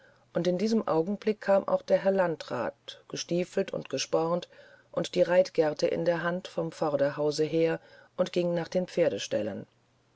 und in diesem augenblick kam auch der herr landrat gestiefelt und gespornt und die reitgerte in der hand vom vorderhause her und ging nach den pferdeställen